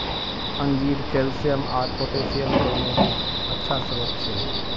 अंजीर कैल्शियम आर पोटेशियम दोनोंरे अच्छा स्रोत छे